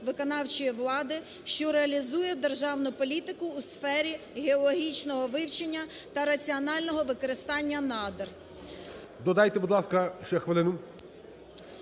виконавчої влади, що реалізує державну політику у сфері геологічного вивчення та раціонального використання надр". ГОЛОВУЮЧИЙ. Додайте, будь ласка, ще хвилину.